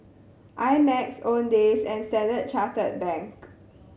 I Max Owndays and Standard Chartered Bank